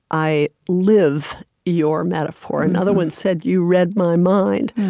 i live your metaphor. another one said, you read my mind.